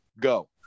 Go